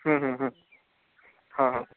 ହଁ ହଁ